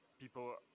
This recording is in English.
people